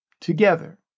together